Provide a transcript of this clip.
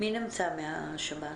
מי נמצא מהשב"ס?